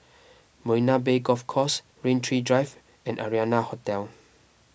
Marina Bay Golf Course Rain Tree Drive and Arianna Hotel